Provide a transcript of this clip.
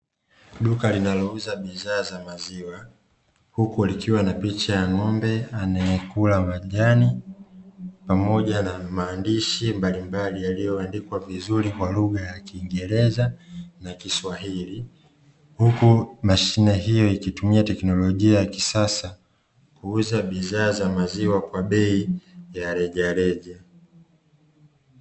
Duka linalouza bidhaa za maziwa, huku likiwa na picha ya ng'ombe anayekula majani, pamoja na maandishi mbalimbali yaliyoandikwa vizuri kwa lugha ya kingereza na kiswahili. Huku mashine hiyo ikitumia teknolojia ya kisasa kuuza bidhaa za maziwa kwa bei ya rejareja.